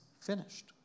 finished